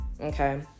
okay